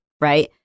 right